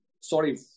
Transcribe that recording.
sorry